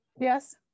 yes